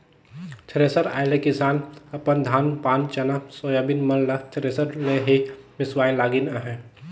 thresher आए ले किसान अपन धान पान चना, सोयाबीन मन ल थरेसर ले ही मिसवाए लगिन अहे